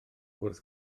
wrth